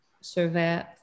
survey